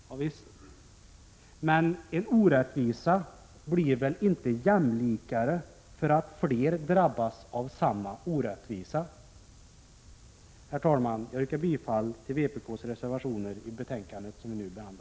Javisst, men en orättvisa blir väl inte mindre därför att fler drabbas av samma orättvisa? Herr talman! Jag yrkar bifall till vpk:s reservationer i betänkandet vi nu behandlar.